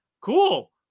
Cool